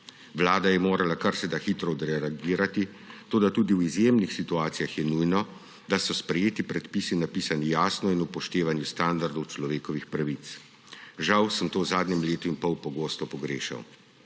Vlada je morala karseda hitro odreagirati, toda tudi v izjemnih situacijah je nujno, da so sprejeti predpisi napisani jasno in upoštevani v standardu človekovih pravic. Žal sem to v zadnjem letu in pol pogosto pogrešal.